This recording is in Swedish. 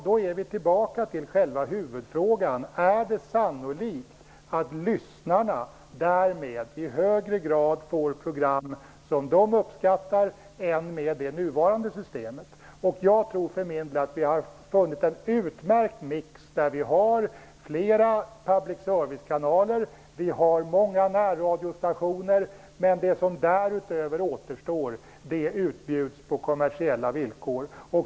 Då är vi tillbaka till huvudfrågan: Är det sannolikt att lyssnarna därmed i högre grad får program som de uppskattar än med det nuvarande systemet? Jag tror för min del att vi har funnit en utmärkt mix, med flera public service-kanaler och många närradiostationer, och där det som återstår utbjuds på kommersiella villkor.